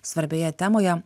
svarbioje temoje